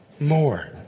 more